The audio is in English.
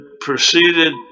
proceeded